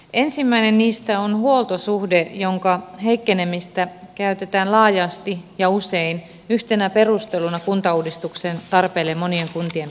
ensimmäinen niistä on huoltosuhde jonka heikkenemistä käytetään laajasti ja usein yhtenä perusteluna kuntauudistuksen tarpeelle monien kuntien osalta